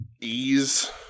ease